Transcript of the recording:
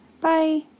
Bye